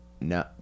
No